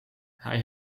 hij